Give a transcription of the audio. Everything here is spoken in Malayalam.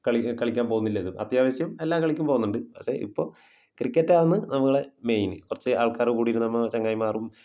കളി കളിക്കാൻ പോകുന്നില്ലല്ലോ അത്യാവശ്യം എല്ലാ കളിക്കും പോകുന്നുണ്ട് പക്ഷേ ഇപ്പോൾ ക്രിക്കറ്റാണ് നമ്മളെ മെയിന് കുറച്ച് ആൾക്കാർ കൂടിയും കുറച്ച് നമ്മൾ ചങ്ങാതിമാരും